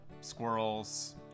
squirrels